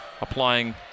applying